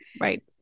right